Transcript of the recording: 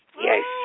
Yes